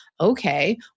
Okay